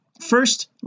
first